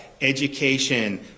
education